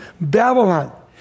Babylon